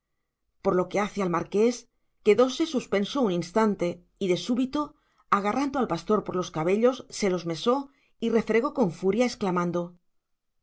por lo que hace al marqués quedóse suspenso un instante y de súbito agarrando al pastor por los cabellos se los mesó y refregó con furia exclamando